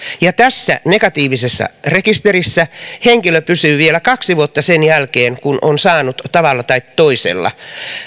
ja tässä negatiivisessa rekisterissä henkilö pysyy vielä kaksi vuotta sen jälkeen kun on saanut tavalla tai toisella